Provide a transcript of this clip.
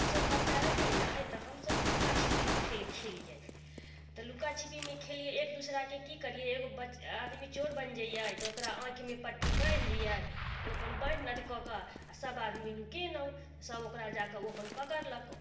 हम सभ बच्चा रहियै ने तऽ हम सभ लुका छिपी खेल खेलियै तऽ लुका छिपीमे खेलियै एक दूसराके की करियै एगो ब आदमी चोर बनि जइयै तऽ ओकरा आँखिमे पट्टी बान्हि दियै ओ अपन बान्हि लेलक कऽके आ सभ आदमी नुकेलहुँ सभ ओकरा जाकऽ ओ अपन पकड़लक